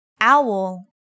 Owl